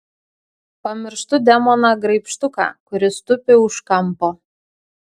pamirštu demoną graibštuką kuris tupi už kampo